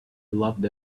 loved